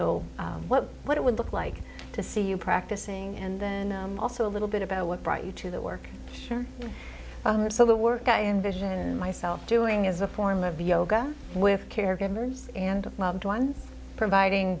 know what what it would look like to see you practicing and then also a little bit about what brought you to the work sure so the work i envisioned myself doing is a form of yoga with caregivers and loved ones providing